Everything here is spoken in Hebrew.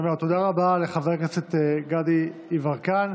תודה רבה לחבר הכנסת גדי יברקן.